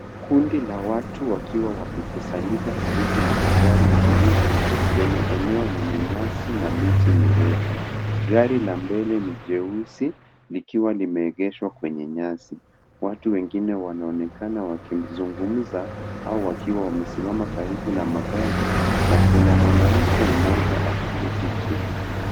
Kundi la watu wakiwa wamekusanyika karibu na magari mawili kwenye eneo lenye nyasi na miti mirefu. Gari la mbele ni jeusi, likiwa limeegeshwa kwenye nyasi. Watu wengine wanaonekana wakizungumza au wakiwa wamesimama karibu na magari na kuna mwanamke mmoja ameketi chini.